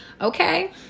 okay